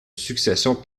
succession